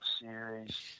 series